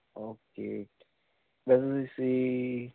okay